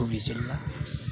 धुब्रि जिल्ला